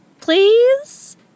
Please